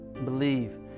believe